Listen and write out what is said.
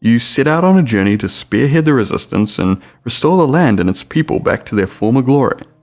you set out on a journey to spearhead the resistance and restore the land and its people back to their former glory.